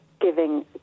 giving